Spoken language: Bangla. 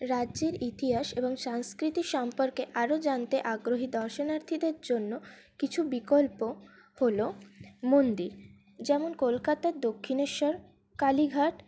রাজ্যের ইতিহাস এবং সাংস্কৃতি সম্পর্কে আরও জানতে আগ্রহী দর্শনার্থীদের জন্য কিছু বিকল্প হল মন্দির যেমন কলকাতার দক্ষিণেশ্বর কালীঘাট